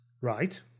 Right